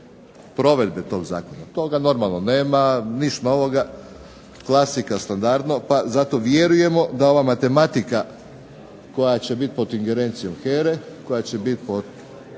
provedbe toga zakona. Toga normalno nema, ništa novoga, klasika standardno, pa zato vjerujemo da ova matematika koja će biti pod ingerencijom HERA-e koja će bit pod